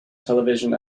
television